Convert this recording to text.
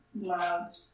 love